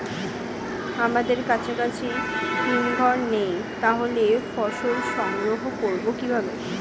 আমাদের কাছাকাছি হিমঘর নেই তাহলে ফসল সংগ্রহ করবো কিভাবে?